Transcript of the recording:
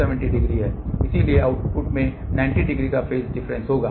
इसलिए आउटपुट में 90 डिग्री का फेज डिफरेंस होगा